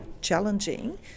challenging